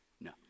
No